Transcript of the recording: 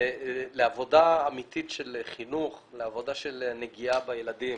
לעבודה אמיתית של חינוך, לעבודה של נגיעה בילדים.